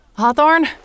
Hawthorne